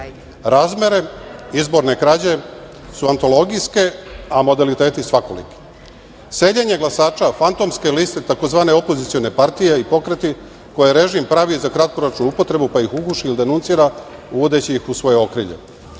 Razmere izborne krađe su antologijske, a modaliteti svakoliki. Seljenje glasača, fantomske liste tzv. opozicione partije i pokreti, koje režim pravi za kratkoročnu upotrebu, pa ih uguši ili denuncira, uvodeći ih u svoje okrilje.